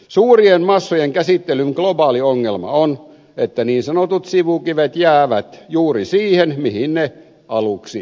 suurien massojen käsittelyn globaali ongelma on että niin sanotut sivukivet jäävät juuri siihen mihin ne aluksi kipattiin